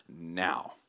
now